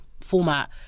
format